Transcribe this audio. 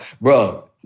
bro